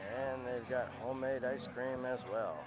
and they've got homemade ice cream as well